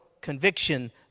conviction